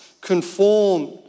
conform